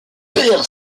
perd